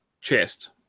chest